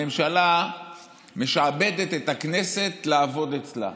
הממשלה משעבדת את הכנסת לעבוד אצלה.